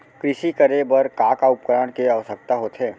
कृषि करे बर का का उपकरण के आवश्यकता होथे?